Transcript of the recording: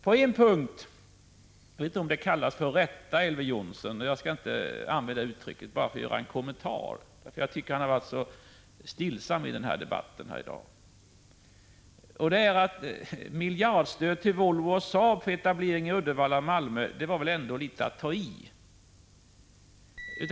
På en punkt vill jag kanske inte rätta Elver Jonsson — jag vill inte använda det uttrycket — men göra en kommentar till det han sade. Jag tycker nämligen att han har varit stillsam i denna debatt. Men när Elver Jonsson talade om miljardstöd till Volvo och Saab för etableringar i Uddevalla och Malmö, så var det väl ändå att ta i.